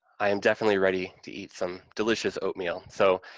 i am definitely ready to eat some delicious oatmeal. so,